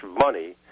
money